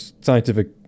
scientific